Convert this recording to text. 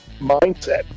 mindset